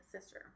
sister